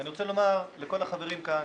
אני רוצה לומר לחברים כאן